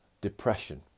depression